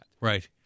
Right